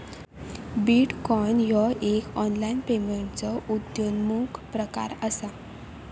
bitcoin ह्यो एक online पेमेंटचो उद्योन्मुख प्रकार असा